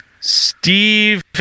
Steve